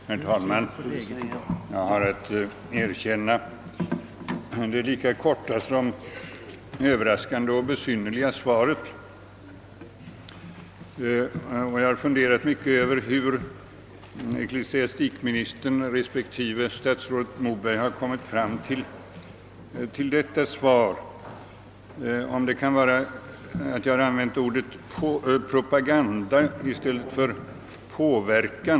Herr talman! Jag har att erkänna mottagandet av det lika korta som över raskande och besynnerliga svaret. Jag har funderat mycket över hur ecklesiastikministern respektive statsrådet Moberg har kommit fram till detta svar. Kan det bero på att jag använt ordet »propaganda» i stället för ordet »påverkan»?